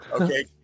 Okay